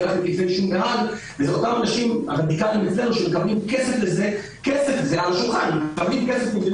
אלה אותם רדיקליים שמקבלים ממדינות זרות כסף על השולחן כדי